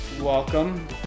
Welcome